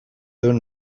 duen